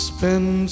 Spend